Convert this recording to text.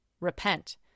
Repent